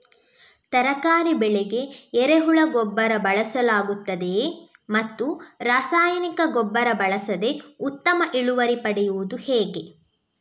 ತರಕಾರಿ ಬೆಳೆಗೆ ಎರೆಹುಳ ಗೊಬ್ಬರ ಬಳಸಲಾಗುತ್ತದೆಯೇ ಮತ್ತು ರಾಸಾಯನಿಕ ಗೊಬ್ಬರ ಬಳಸದೆ ಉತ್ತಮ ಇಳುವರಿ ಪಡೆಯುವುದು ಹೇಗೆ?